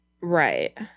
right